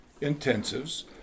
intensives